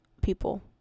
people